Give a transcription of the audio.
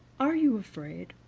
are you afraid?